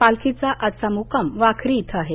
पालखीचा आजचा म्क्काम वाखरी इथं आहे